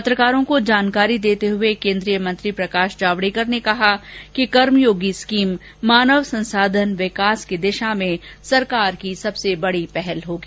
पत्रकारों को जानकारी देते हुए केन्द्रीय मंत्री प्रकश जावडेकर ने कहा कि कर्मयोगी स्कीम मानव संसाधन विकास की दिशाा में सरकार की सबसे बड़ी पहल होगी